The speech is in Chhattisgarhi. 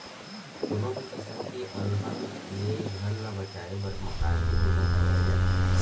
कोनो भी किसम के अलहन ले घर ल बचाए बर मकान के बीमा करवाए जाथे